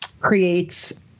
creates